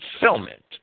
fulfillment